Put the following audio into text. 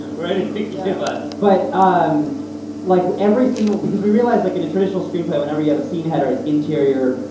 ready to give us? but um like, every single because we realized, like, in a traditional screenplay whenever you have a scene header, it's interior,